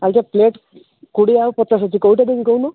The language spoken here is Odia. ଆଜ୍ଞା ପ୍ଲେଟ୍ କୋଡ଼ିଏ ଆଉ ପଚାଶ ଅଛି କୋଉଟା ଦେବି କହୁନ